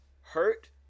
hurt